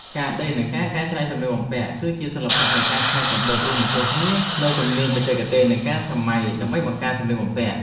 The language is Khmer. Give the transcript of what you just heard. ការដេរ និងការកែច្នៃសម្លៀកបំពាក់ គឺជាសិល្បៈនៃការច្នៃប្រឌិតដែលរួមបញ្ចូលគ្នានូវជំនាញបច្ចេកទេស និងការស្រមៃ ដើម្បីបង្កើតសម្លៀកបំពាក់។